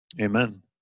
Amen